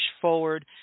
forward